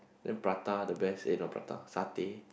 then prata the best eh not prata satay